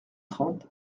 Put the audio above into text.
trente